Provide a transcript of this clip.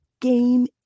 game